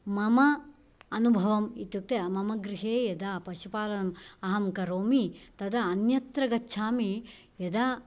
मम अनुभवम् इत्युक्ते मम गृहे यदा पशुपालनम् अहं करोमि तदा अन्यत्र गच्छामि यदा